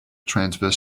transverse